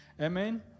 Amen